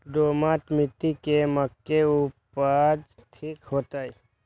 दोमट मिट्टी में मक्के उपज ठीक होते?